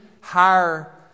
higher